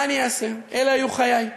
מה אני אעשה, אלה היו חיי.